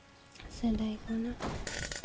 ᱥᱮᱫᱟᱭ ᱠᱷᱚᱱᱟᱜ